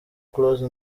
close